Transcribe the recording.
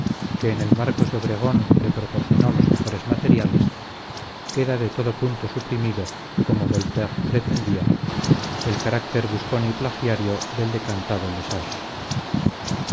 que en el marcos de obregón le proporcionó los mejores materiales queda de todo punto suprimido como voltaire pretendía el carácter buscón y plagiario del decantado le sage